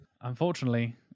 unfortunately